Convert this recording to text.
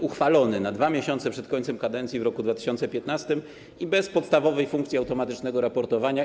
Uchwalono to 2 miesiące przed końcem kadencji, w roku 2015, bez podstawowej funkcji automatycznego raportowania.